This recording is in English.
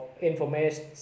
information